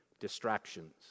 distractions